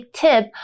tip